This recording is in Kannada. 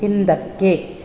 ಹಿಂದಕ್ಕೆ